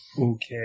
Okay